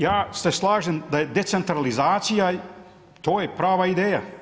Ja se slažem da je decentralizacija, to je prava ideja.